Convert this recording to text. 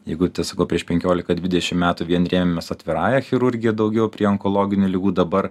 jeigu tai sakau prieš penkiolika dvidešimt metų vien rėmėmės atvirąja chirurgija daugiau prie onkologinių ligų dabar